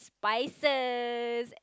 spices